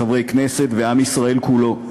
חברי כנסת ועם ישראל כולו,